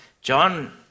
John